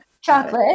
chocolate